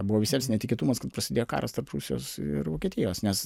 buvo visiems netikėtumas kad prasidėjo karas tarp rusijos ir vokietijos nes